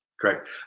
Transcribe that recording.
Correct